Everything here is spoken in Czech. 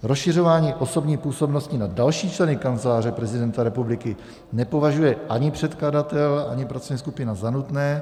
Rozšiřování osobní působnosti na další členy Kanceláře prezidenta nepovažuje ani předkladatel, ani pracovní skupina za nutné.